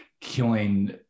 killing